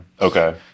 Okay